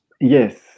yes